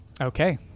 okay